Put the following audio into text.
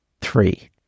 Three